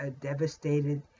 devastated